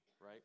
right